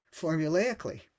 formulaically